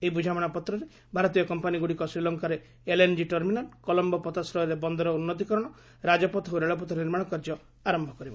ଏହି ବୁଝାମଣା ପତ୍ରରେ ଭାରତୀୟ କମ୍ପାନୀଗୁଡ଼ିକ ଶ୍ରୀଲଙ୍କାରେ ଏଲ୍ଏନ୍କି ଟର୍ମିନାଲ୍ କଲମ୍ଘୋ ପୋତାଶ୍ରୟରେ ବନ୍ଦର ଉନ୍ନତିକରଣ ରାଜପଥ ଓ ରେଳପଥ ନିର୍ମାଣ କାର୍ଯ୍ୟ ଆରମ୍ଭ କରିବ